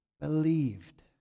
believed